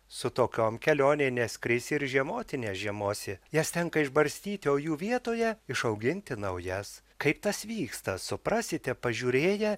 su tokiom kelionėj neskrisi ir žiemoti nežiemosi jas tenka išbarstyti o jų vietoje išauginti naujas kaip tas vyksta suprasite pažiūrėję